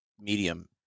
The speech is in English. medium